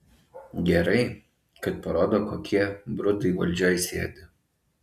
gerai kad parodo kokie brudai valdžioj sėdi